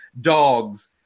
dogs